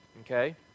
okay